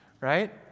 right